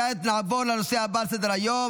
כעת נעבור לנושא הבא על סדר-היום,